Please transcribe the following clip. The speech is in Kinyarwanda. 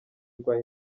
rwa